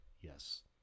Yes